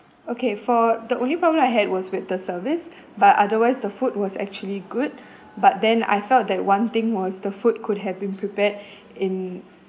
okay for the only problem I had was with the service but otherwise the food was actually good but then I felt that one thing was the food could have been prepared in